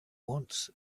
wants